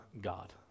God